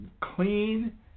clean